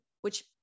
which-